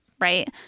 Right